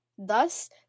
Thus